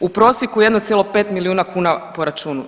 U prosjeku 1,5 milijuna kuna po računu.